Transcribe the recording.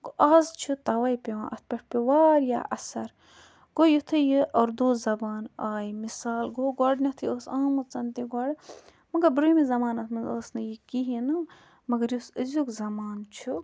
گوٚو آز چھِ تَؤے پیٚوان اَتھ پٮ۪ٹھ پیٛو واریاہ اثر گوٚو یُتھُے یہِ اُردو زَبان آیہِ مِثال گوٚو گۄڈٕنیٚتھٕے ٲس آمٕژ تہِ گۄڈٕ مگر برٛونٛہمِس زَمانَس مَنٛز ٲس نہٕ یہِ کِہیٖنۍ نہٕ مَگر یُس أزیٛک زَمانہٕ چھُ